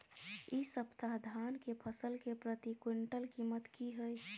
इ सप्ताह धान के फसल के प्रति क्विंटल कीमत की हय?